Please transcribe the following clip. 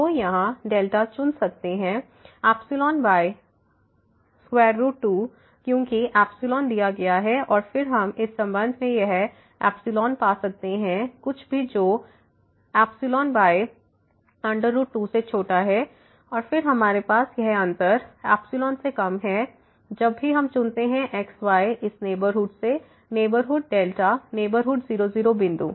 तो यहां चुन सकते हैं 𝜖 2 क्योंकि 𝜖 दिया गया है और फिर हम इस संबंध से यह पा सकते हैं कुछ भी जो 𝜖 2 से छोटा है और फिर हमारे पास यह अंतर से कम है जब भी हम चुनते हैंx yइस नेबरहुड से नेबरहुड नेबरहुड 0 0 बिंदु